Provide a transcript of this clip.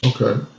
okay